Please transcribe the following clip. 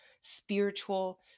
spiritual